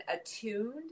attuned